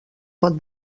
pot